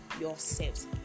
yourselves